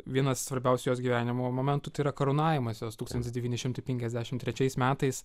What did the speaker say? vienas svarbiausių jos gyvenimo momentų tai yra karūnavimas jos tūkstantis devyni šimtai penkiasdešim trečiais metais